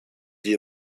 die